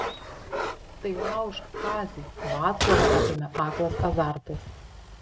tai laužk kazį vaclovą apėmė aklas azartas